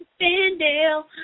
Fandale